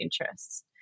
interests